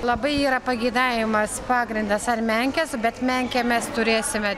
labai yra pageidavimas pagrindas ar menkės bet menkę mes turėsime